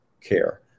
care